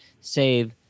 save